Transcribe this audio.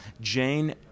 Jane